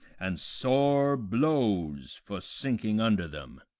and sore blows for sinking under them.